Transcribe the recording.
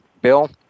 bill